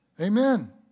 Amen